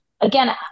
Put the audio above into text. again